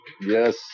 Yes